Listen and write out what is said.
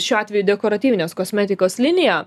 šiuo atveju dekoratyvinės kosmetikos linija